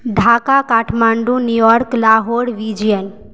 Dhaka Kathmandu New York Lahore Beijing